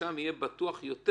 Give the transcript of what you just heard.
שהרשם יהיה בטוח יותר.